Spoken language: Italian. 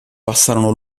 passarono